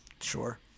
Sure